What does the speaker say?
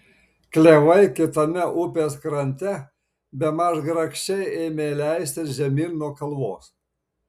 klevai kitame upės krante bemaž grakščiai ėmė leistis žemyn nuo kalvos